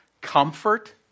comfort